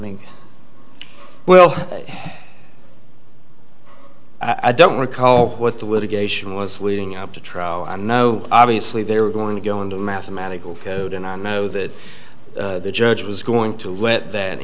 mean well i don't recall what the litigation was leading up to trial i know obviously there were going to go into mathematical code and i know that the judge was going to let that